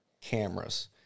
cameras